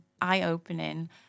eye-opening